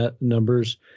numbers